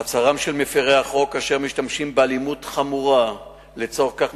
מעצרם של מפירי החוק אשר משתמשים באלימות חמורה לצורך כך,